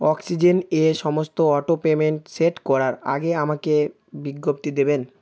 oxygen এ সমস্ত auto payment set করার আগে আমাকে বিজ্ঞপ্তি দেবেন